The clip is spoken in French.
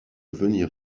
venir